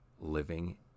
living